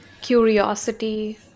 curiosity